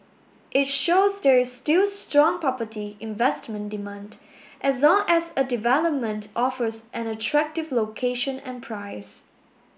it shows there is still strong property investment demand as long as a development offers an attractive location and price